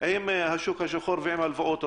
עם השוק השחור ועם ההלוואות.